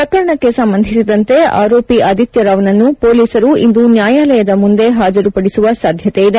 ಪ್ರಕರಣಕ್ಕೆ ಸಂಬಂಧಿಸಿದಂತೆ ಆರೋಪಿ ಆದಿತ್ಯರಾವ್ನನ್ನು ಪೊಲೀಸರು ಇಂದು ನ್ಯಾಯಾಲಯದ ಮುಂದೆ ಹಾಜರುಪಡಿಸುವ ಸಾಧ್ಯತೆ ಇದೆ